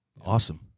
awesome